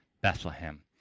Bethlehem